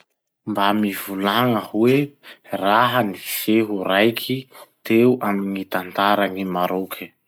Mba mivolagna hoe raha-niseho raiky teo amy gny tantaran'i Maroc?